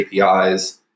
APIs